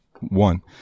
one